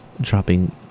Dropping